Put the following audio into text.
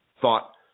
thought